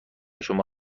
شما